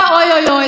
אה, אוקיי.